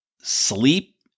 sleep